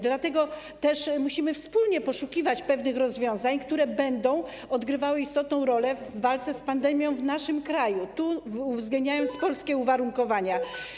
Dlatego też musimy wspólnie poszukiwać pewnych rozwiązań, które będą odgrywały istotną rolę w walce z pandemią w naszym kraju, z uwzględnieniem polskich uwarunkowań.